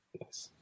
Yes